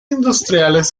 industriales